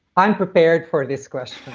i'm prepared for this question.